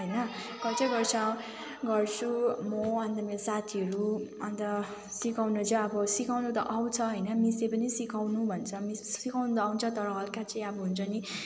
होइन गर्छै गर्छ गर्छु म अन्त मेरो साथीहरू अन्त सिकाउन चाहिँ अब सिकाउन त आउँछ होइन मिसले पनि सिकाउनु भन्छ मिसले सिकाउन त आउँछ तर हलुका तर अब हुन्छ नि